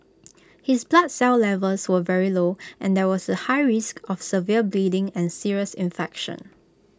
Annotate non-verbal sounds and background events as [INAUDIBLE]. [NOISE] his blood cell levels were very low and there was A high risk of severe bleeding and serious infection